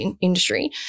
industry